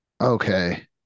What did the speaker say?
Okay